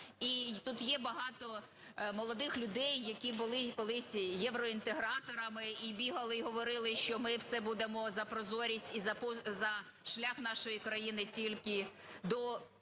тут є багато молодих людей, які були колись євроінтеграторами і бігали, і говорили, що ми все будемо за прозорість і за шлях нашої країни тільки до її